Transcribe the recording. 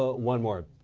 ah one more.